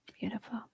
beautiful